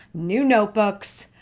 new notebooks.